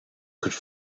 could